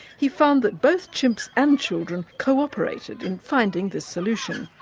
he found that both chimps and children cooperated in finding this solution.